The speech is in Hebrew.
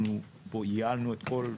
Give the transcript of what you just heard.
אנחנו ייעלנו את כל,